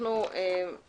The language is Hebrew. אנחנו